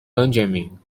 benjamin